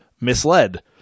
misled